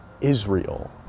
Israel